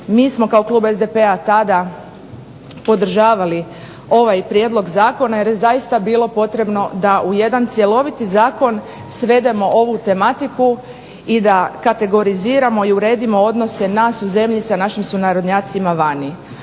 Mi smo kao klub SDP-a tada podržavali ovaj prijedlog zakona jer je zaista bilo potrebno da u jedan cjeloviti zakon svedemo ovu tematiku i da kategoriziramo i uredimo odnose nas u zemlji sa našim sunarodnjacima vani.